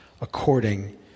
according